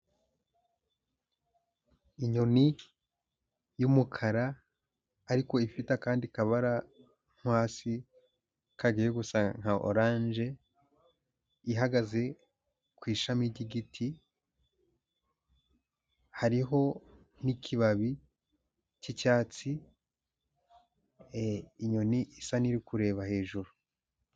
Inyoni y'umukara ariko ifite akandi kabara hasi kagiye gusa nka oranje, ihagaze ku ishami ry'igiti, hariho n'ikibabi cy'icyatsi, inyoni isa n'iri kureba hejuru.